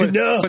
no